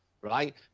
right